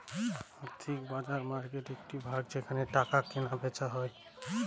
আর্থিক বাজার মার্কেটের একটি ভাগ যেখানে টাকা কেনা বেচা হয়